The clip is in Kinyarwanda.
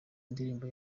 ndirimbo